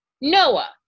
Noah